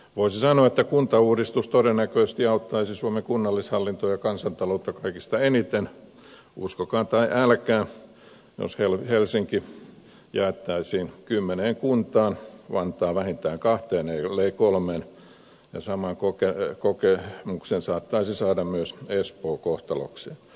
voisi sanoa että kuntauudistus todennäköisesti auttaisi suomen kunnallishallintoa ja kansantaloutta kaikista eniten uskokaa tai älkää jos helsinki jaettaisiin kymmeneen kuntaan vantaa vähintään kahteen ellei kolmeen ja saman kokemuksen saattaisi saada myös espoo kohtalokseen